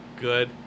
Good